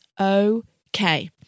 okay